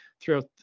throughout